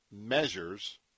measures